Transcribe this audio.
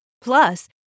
Plus